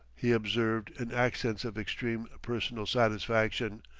he observed in accents of extreme personal satisfaction.